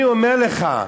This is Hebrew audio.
אני אומר לך,